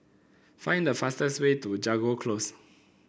find the fastest way to Jago Close